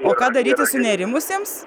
o ką daryti sunerimusiems